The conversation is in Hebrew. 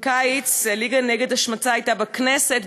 בקיץ הליגה נגד השמצה הייתה בכנסת,